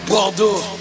Bordeaux